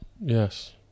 Yes